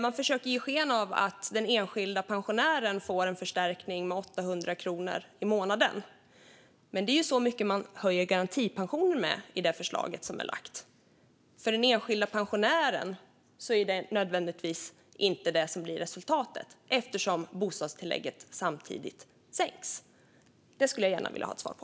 Man försöker ge sken av att den enskilda pensionären får en förstärkning med 800 kronor i månaden. Men det är så mycket man höjer garantipensionen med i det förslag som lagts fram. För den enskilda pensionären är det inte nödvändigtvis det som blir resultatet, eftersom bostadstillägget samtidigt sänks. Det skulle jag gärna vilja ha ett svar på.